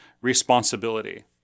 responsibility